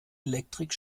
elektrik